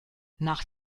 nach